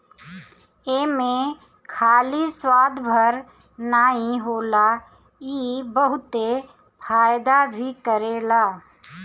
एमे खाली स्वाद भर नाइ होला इ बहुते फायदा भी करेला